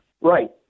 Right